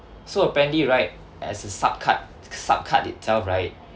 so apparently right as a supp card supp card itself right